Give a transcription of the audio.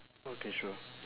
okay sure